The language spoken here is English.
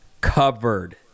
covered